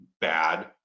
bad